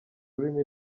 rurimi